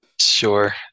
Sure